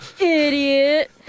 idiot